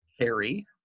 Harry